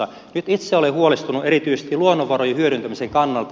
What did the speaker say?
nyt itse olen huolestunut erityisesti luonnonvarojen hyödyntämisen kannalta